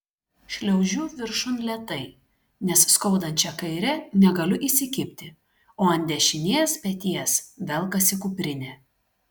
šliaužiu viršun lėtai nes skaudančia kaire negaliu įsikibti o ant dešinės peties velkasi kuprinė